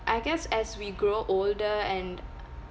I guess as we grow older and